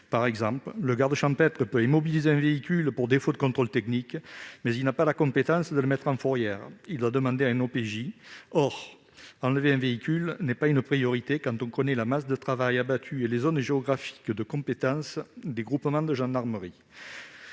Par exemple, le garde champêtre peut immobiliser un véhicule pour défaut de contrôle technique, mais il n'a pas la compétence de le mettre en fourrière. Il doit demander à un officier de police judiciaire. Or enlever un véhicule n'est pas une priorité quand on connaît la masse de travail abattu et les zones géographiques de compétence des groupements de gendarmerie.